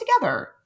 together